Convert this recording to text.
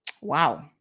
Wow